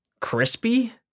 Crispy